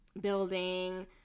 building